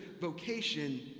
vocation